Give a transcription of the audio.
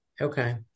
Okay